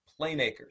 playmakers